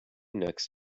next